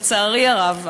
לצערי הרב,